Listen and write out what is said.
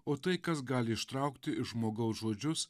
o tai kas gali ištraukti iš žmogaus žodžius